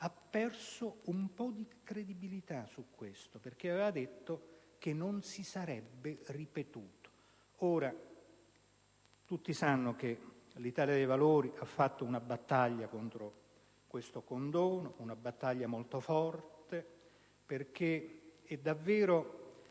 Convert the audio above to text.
«ha perso un po' di credibilità su questo, perché aveva detto che non si sarebbe ripetuto». Ora, tutti sanno che l'Italia dei Valori ha condotto una battaglia contro questo condono, una battaglia molto forte perché è davvero